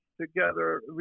together